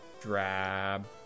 Drab